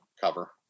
cover